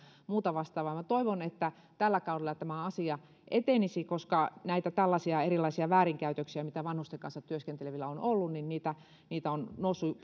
muuta vastaavaa toivon että tällä kaudella tämä asia etenisi koska näitä tällaisia erilaisia väärinkäytöksiä mitä vanhusten kanssa työskentelevillä on ollut on noussut